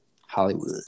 Hollywood